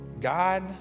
God